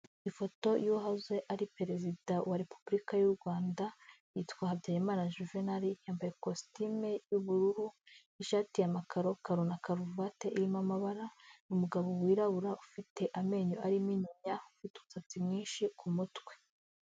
Ifoto y'uwahoze ari perezida wa repubulika y'u Rwanda, yitwa Habyarimana Juvenal, yambaye ikositimu y'ubururu, ishati ya makarokaro na karuvati irimo amabara, ni umugabo wirabura ufite amenyo arimo inyinya, ufite umusatsi mwinshi ku mutwe.